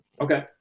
Okay